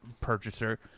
purchaser –